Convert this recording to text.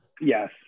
Yes